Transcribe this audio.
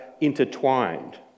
intertwined